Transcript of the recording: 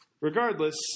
Regardless